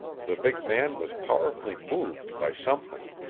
the big man was powerfully moved by something.